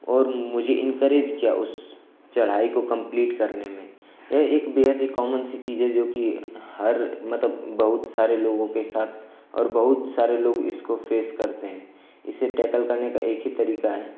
और मुझे इनक़रेज़ किया उस चढ़ाई को कम्प्लीट करने में यह एक बेहद ही कॉमन सी चीज है जो कि हर मतलब बहुत सारे लोगों के साथ और बहुत सारे लोग इसको फ़ेस करते हैं इसे टेकल करने का एक ही तरीका है